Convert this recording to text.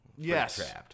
Yes